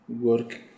work